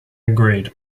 agreed